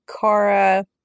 Kara